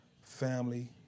family